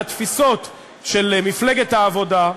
על התפיסות של מפלגת העבודה,